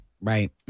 Right